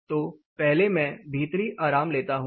तो पहले मैं भीतरी आराम लेता हूं